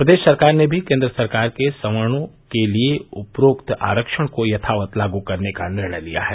प्रदेश सरकार ने भी केन्द्र सरकार के सवर्णो के लिये उपरोक्त आरक्षण को यथावत लागू करने का निर्णय लिया है